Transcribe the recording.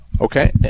Okay